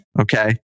okay